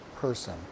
person